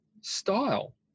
style